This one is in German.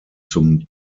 zum